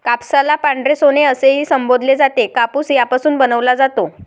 कापसाला पांढरे सोने असेही संबोधले जाते, कापूस यापासून बनवला जातो